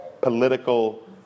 political